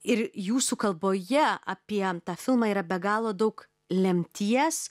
ir jūsų kalboje apie tą filmą yra be galo daug lemties